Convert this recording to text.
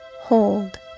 hold